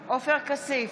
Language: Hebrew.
כסיף,